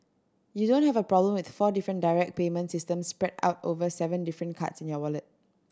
you don't have a problem with four different direct payment systems spread out over seven different cards in your wallet